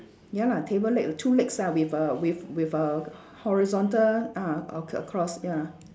ya lah table leg the two legs ah with a with with a horizontal ah ac~ cross ya